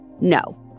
No